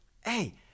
hey